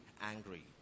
angry